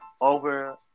over